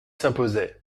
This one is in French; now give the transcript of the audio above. s’imposaient